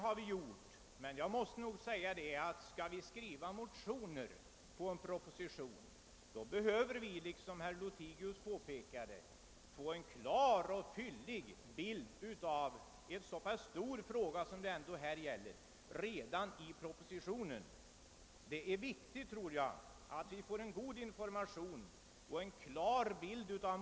Det har vi gjort, men jag måste säga att om vi skall kunna skriva motioner i anledning av en proposition behöver vi, såsom herr Lothigius påpekade, få en klar och fyllig bild av en så pass stor fråga som det här ändå gäller redan i propositionen. Det är enligt min mening viktigt att vi får en god information och en klar bild.